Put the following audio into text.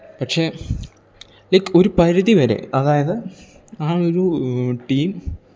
പക്ഷേ ലൈക്ക് ഒരു പരിധി വരെ അതായത് ആ ഒരു ടീം